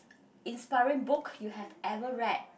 inspiring book you have ever read